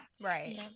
Right